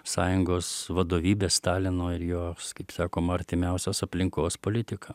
sąjungos vadovybės stalino ir jo kaip sakoma artimiausios aplinkos politika